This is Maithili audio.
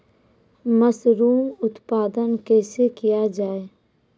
मसरूम उत्पादन कैसे किया जाय?